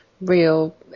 real